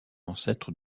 ancêtre